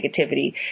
negativity